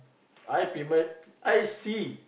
I premier I see